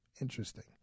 Interesting